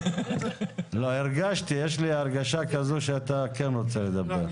יש לי הרגשה כזו שאתה כן רוצה לדבר.